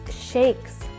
shakes